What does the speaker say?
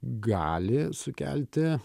gali sukelti